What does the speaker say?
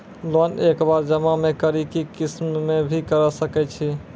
Loan एक बार जमा म करि कि किस्त मे भी करऽ सके छि?